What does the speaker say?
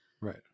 right